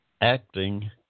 acting